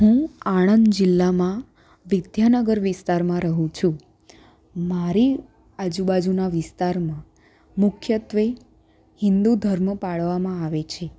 હું આણંદ જિલ્લામાં વિદ્યાનગર વિસ્તારમાં રહું છું મારી આજુબાજુના વિસ્તારમાં મુખ્યત્વે હિન્દુ ધર્મ પાળવામાં આવે છે